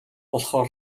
болохоор